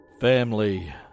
Family